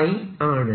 ϕ ആണ്